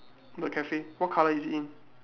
the cafe what colour is it in